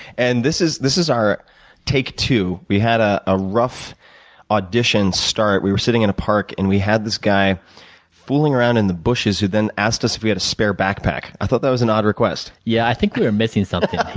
and this is this is our take two. we had a a rough audition start. we were sitting in a park and we had this guy fooling around in the bushes, who then asked us if we had a spare backpack. i thought that was an odd request. yeah, i think we were missing something.